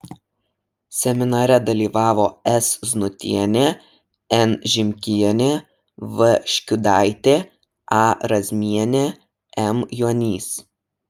seminare dalyvavo s znutienė n žimkienė v škiudaitė a razmienė m juonys